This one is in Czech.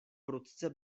prudce